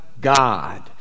God